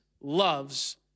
loves